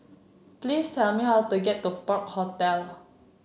please tell me how to get to Park Hotel